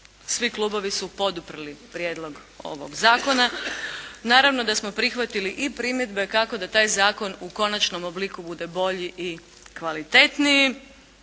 svi klubovi su poduprli prijedlog ovog Zakona. Naravno da smo prihvatili i primjedbe kako da taj Zakon u konačnom obliku bude bolji i kvalitetniji,